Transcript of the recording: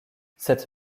cette